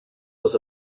was